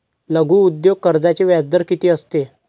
लघु उद्योग कर्जाचे व्याजदर किती असते?